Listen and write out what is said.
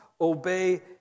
obey